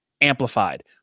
amplified